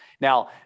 Now